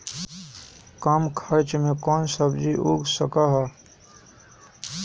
कम खर्च मे कौन सब्जी उग सकल ह?